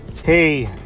hey